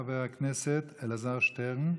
חבר הכנסת אלעזר שטרן.